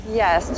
yes